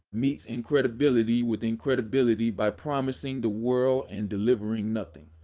meets incredibility with incredibility by promising the world and delivering nothing.